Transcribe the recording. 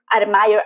admire